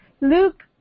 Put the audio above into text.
Luke